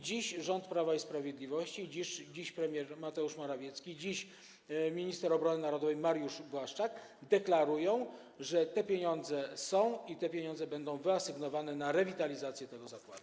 Dziś rząd Prawa i Sprawiedliwości, dziś premier Mateusz Morawiecki, dziś minister obrony narodowej Mariusz Błaszczak deklarują, że te pieniądze są i te pieniądze będą wyasygnowane na rewitalizację tego zakładu.